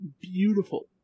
beautiful